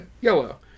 Yellow